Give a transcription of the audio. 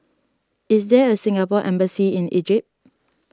is there a Singapore Embassy in Egypt